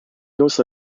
also